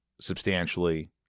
substantially